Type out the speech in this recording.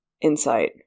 insight